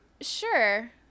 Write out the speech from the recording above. sure